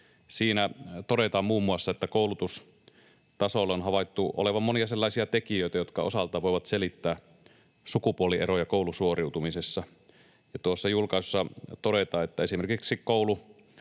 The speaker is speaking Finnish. Siinä todetaan muun muassa, että koulutustasolla on havaittu olevan monia sellaisia tekijöitä, jotka osaltaan voivat selittää sukupuolieroja koulusuoriutumisessa. Tuossa julkaisussa todetaan, että esimerkiksi koulun